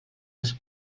els